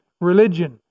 religion